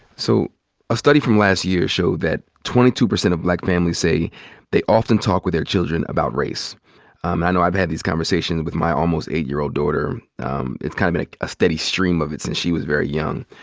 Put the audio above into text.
so a study from last year showed that twenty two percent of black families say they often talk with their children about race. um i know i've had these conversations with my almost eight-year-old daughter it's kind of been like a steady stream of it since she was very young.